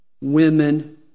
women